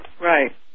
Right